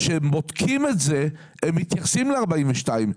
כאשר הם בודקים את זה, הם מתייחסים ל-42.